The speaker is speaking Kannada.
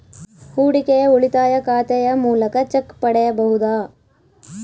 ಹೂಡಿಕೆಯ ಉಳಿತಾಯ ಖಾತೆಯ ಮೂಲಕ ಚೆಕ್ ಪಡೆಯಬಹುದಾ?